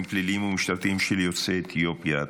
פליליים ומשטרתיים של יוצאי אתיופיה,